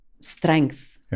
strength